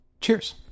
Cheers